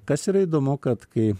kas yra įdomu kad kai